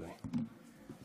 אדוני.